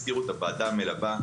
הזכירו את הוועדה המלווה,